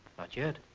not yet.